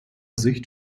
sicht